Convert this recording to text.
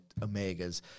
Omegas